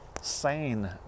sane